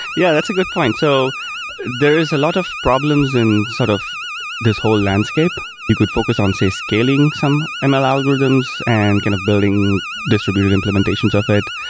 yeah. that's a good point. so there is a lot of problems in sort of this whole landscape. you could focus on, say, scaling some ml algorithms and kind of building distributed implementations of it.